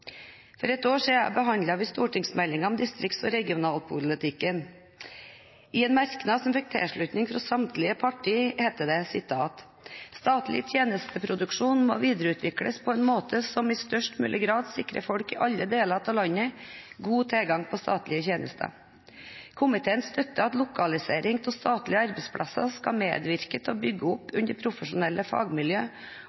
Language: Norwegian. For et år siden behandlet vi stortingsmeldingen om distrikts- og regionalpolitikken. I en merknad som fikk tilslutning fra samtlige partier, heter det: «Statlig tjenesteproduksjon må videreutvikles på en måte som i størst mulig grad sikrer folk i alle deler av landet god tilgang på statlige tjenester. Komiteen støtter at lokaliseringen av statlige arbeidsplasser skal medvirke til å bygge opp